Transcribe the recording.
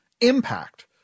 impact